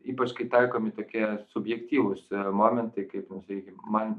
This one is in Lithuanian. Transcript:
ypač kai taikomi tokie subjektyvūs ir momentai kaip mums reikia man